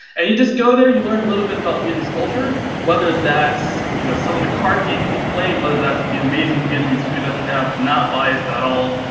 and you just go there, you learn a little bit about viennese culture, whether that's, you know some of the card games you play, whether that's the amazing viennese who that, we have not biased at all.